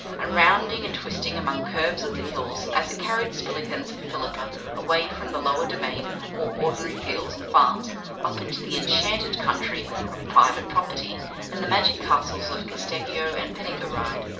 and rounding and twisting among curves of the hills as it carried spillikins and philippa away from the lower domain or ordinary fields and farms up into the enchanted country of private property and the magic castles of casteggio and penny-gw-rydd.